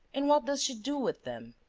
and what does she do with them?